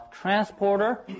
transporter